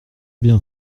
bien